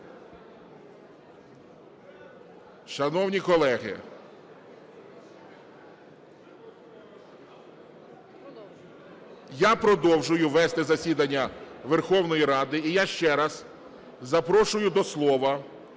Шановні колеги, я продовжую вести засідання Верховної Ради. І я ще раз запрошую до слова